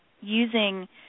using